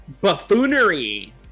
buffoonery